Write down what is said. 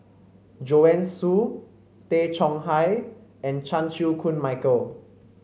Joanne Soo Tay Chong Hai and Chan Chew Koon Michael